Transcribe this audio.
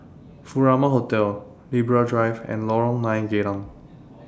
Furama Hotel Libra Drive and Lorong nine Geylang